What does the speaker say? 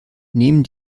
nehmen